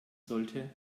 sollte